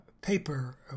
paper